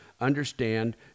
understand